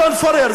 האדון פורר.